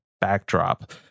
backdrop